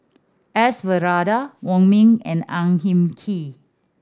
S Varathan Wong Ming and Ang Hin Kee